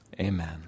Amen